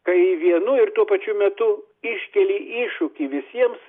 kai vienu ir tuo pačiu metu iškeli iššūkį visiems